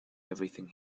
everything